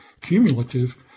cumulative